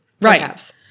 Right